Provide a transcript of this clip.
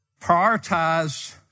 Prioritize